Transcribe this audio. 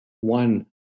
One